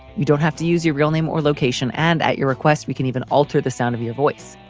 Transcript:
you don't have to use your real name or location. and at your request, we can even alter the sound of your voice.